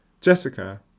Jessica